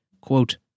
quote